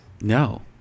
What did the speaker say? No